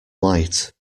light